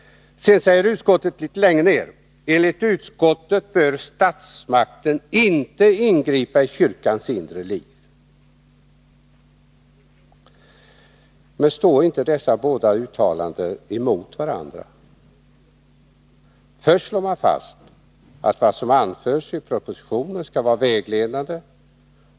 Litet längre ner säger utskottet: ”Enligt utskottet bör statsmakterna inte ingripa i kyrkans inre liv.” Står inte dessa båda uttalanden emot varandra? Först slår man fast att vad som anförs i propositionen skall vara vägledande.